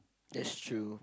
that's true